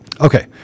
Okay